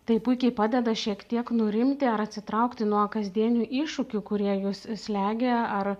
tai puikiai padeda šiek tiek nurimti ar atsitraukti nuo kasdienių iššūkių kurie jus slegia ar